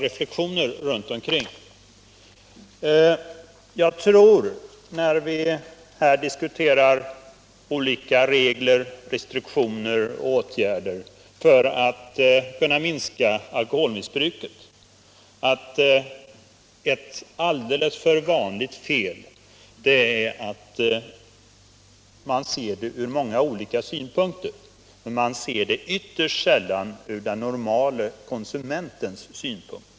Jag tror att ett alltför vanligt fel när vi diskuterar olika regler, restriktioner och åtgärder för att minska alkoholmissbruket är, att vi visserligen ser dem ur många olika aspekter men ytterst sällan ur den normale konsumentens synpunkt.